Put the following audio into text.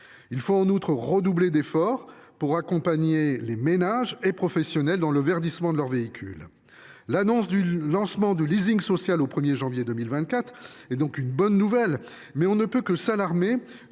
Il faut parallèlement redoubler d’efforts pour accompagner les ménages et les professionnels dans le verdissement de leurs véhicules. L’annonce du lancement du social au 1 janvier 2024 est une bonne nouvelle, mais on ne peut que s’alarmer